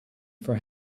for